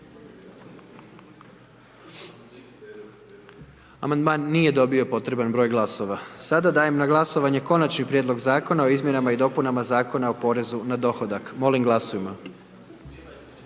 prihvaća. Nije dobio potreban broj glasova. Sada dajem na glasovanje Konačni prijedlog Zakona o izmjenama i dopunama Zakona o zakupu i kupoprodaji